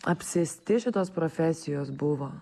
apsėsti šitos profesijos buvo